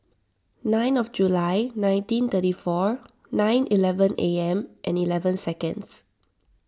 nine of July nineteen thirty four nine eleven A M and eleven seconds